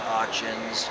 auctions